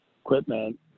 equipment